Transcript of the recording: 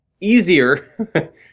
easier